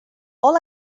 all